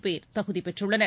பேர் தகுதி பெற்றுள்ளனர்